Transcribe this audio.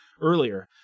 earlier